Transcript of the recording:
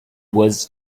was